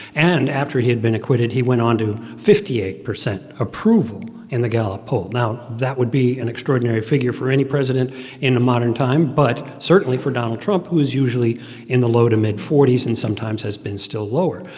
and after he had been acquitted, he went on to fifty eight percent approval in the gallup poll now, that would be an extraordinary figure for any president in the modern time, but certainly for donald trump, who is usually in the low to mid forty s and sometimes has been, still, lower.